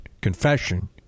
confession